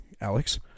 Alex